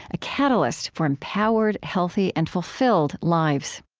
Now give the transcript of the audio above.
a catalyst for empowered, healthy, and fulfilled lives